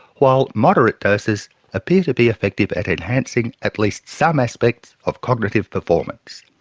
while moderate doses appear to be effective at enhancing at least some aspects of cognitive performance.